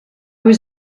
was